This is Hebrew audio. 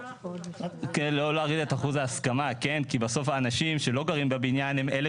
כי בסוף האנשים שלא גרים בבניין הם אלה